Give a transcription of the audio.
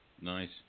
Nice